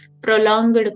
prolonged